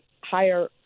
higher